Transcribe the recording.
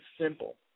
simple